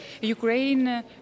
Ukraine